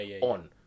on